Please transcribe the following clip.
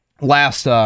last